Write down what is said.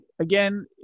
Again